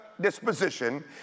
disposition